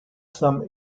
some